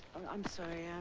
i'm sorry.